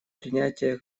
принятие